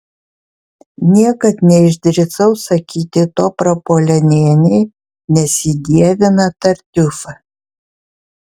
niekad neišdrįsau sakyti to prapuolenienei nes ji dievina tartiufą